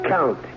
Count